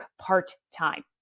part-time